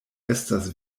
estas